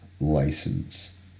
license